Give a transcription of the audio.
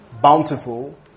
bountiful